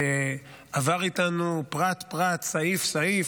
שעבר אתנו פרט-פרט, סעיף-סעיף,